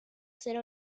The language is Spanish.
ser